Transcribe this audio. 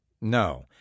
No